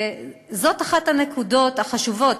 שזו אחת הנקודות החשובות.